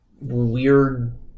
weird